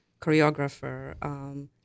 choreographer